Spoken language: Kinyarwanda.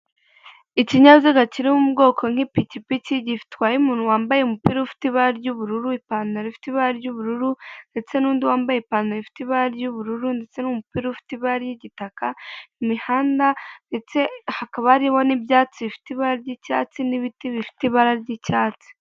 Ikinyabiziga kiri mu bwoko nk'ipikipiki gitwaye umuntu wambaye umupira ufite ibara ry'ubururu ipantaro rifite ibara ry'ubururu ndetse n'undi wambaye ipantaro ifite ibara ry'ubururu ndetse n'umupira ufite ibara ry'igitaka imihanda ndetse hakaba ari n'ibyatsi bifite ibara ry'icyatsi n'ibiti bifite ibara ry'icyatsi.